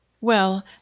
Well